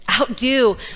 Outdo